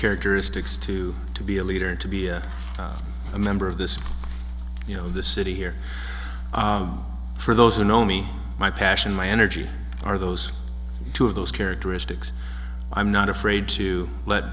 characteristics to to be a leader to be a member of this you know the city here for those who know me my passion my energy are those two of those characteristics i'm not afraid to let